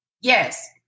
Yes